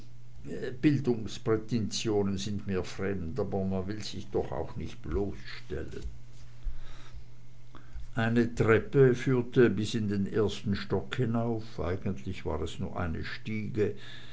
bildungsprätensionen sind mir fremd aber man will sich doch auch nicht bloßstellen eine treppe führte bis in den ersten stock hinauf eigentlich war es nur eine stiege